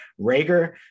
Rager